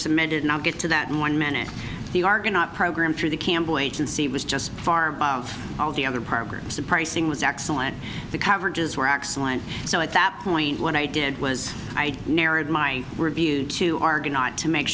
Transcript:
submitted and i'll get to that in one minute the argonaut program through the campbell agency was just far above all the other partners the pricing was excellent the coverages were excellent so at that point what i did was i narrowed my review to argue not to make